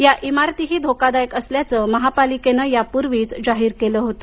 या इमारतीही धोकादायक असल्याचं महापालिकेनं यापूर्वीच जाहीर केलं होतं